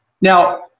Now